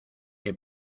que